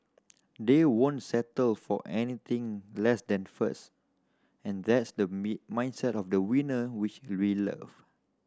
they won't settle for anything less than first and that's the me mindset of the winner which we love